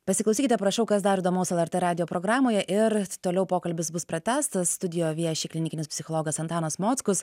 pasiklausykite prašau kas dar įdomaus lrt radijo programoje ir toliau pokalbis bus pratęstas studijo vieši klinikinis psichologas antanas mockus